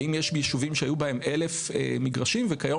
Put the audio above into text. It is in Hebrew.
האם יש ישובים שהיו בהם 1,000 מגרשים וכיום